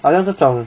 好像这种